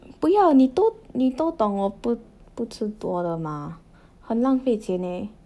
不要你都你都懂我不不吃多的 mah 很浪费钱 eh